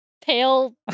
pale